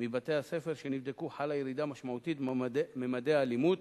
מבתי-הספר שנבדקו חלה ירידה משמעותית בממדי האלימות,